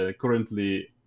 currently